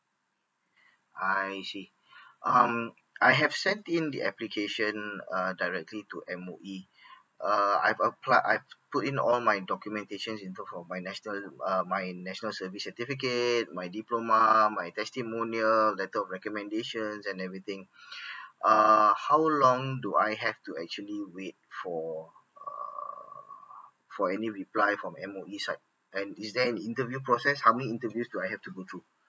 I see um I have sent in the application uh directly to M_O_E err I've applied I've put in all my documentations include of my national err my national service certificate my diploma my testimonial letter of recommendations and everything uh how long do I have to actually wait for err for any reply from M_O_E side and is there an interview process how many interviews do I have to go through